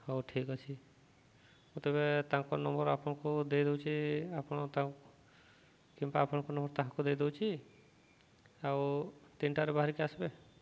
ହଉ ଠିକ ଅଛି ମୁଁତେବେ ତାଙ୍କ ନମ୍ବର ଆପଣଙ୍କୁ ଦେଇଦଉଚି ଆପଣ କିମ୍ବା ଆପଣଙ୍କ ନମ୍ବର ତାହାକୁ ଦେଇଦଉଚି ଆଉ ତିନିଟାରେ ବାହାରିକି ଆସିବେ